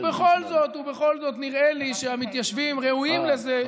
ובכל זאת נראה לי שהמתיישבים ראויים לזה,